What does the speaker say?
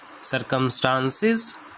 circumstances